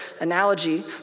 analogy